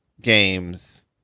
games